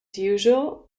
usual